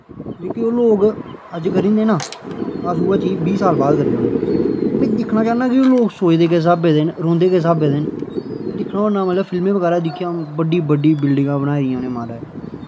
जेह्के ओह् लोक अज्ज करी जंदे न अस उ'ऐ चीज बीह् साल बाद करने होन्ने एह् में दिक्खना चाह्न्नां कि ओह् लोक सोचदे किस स्हाब दे न रोह्नदे किस स्हाबे दे न में दिक्खना होना मतलब फिल्में बगैरा दिक्खेआ बड्डी बड्डी बिल्डिंगां बनाई दियां उ'नें माराज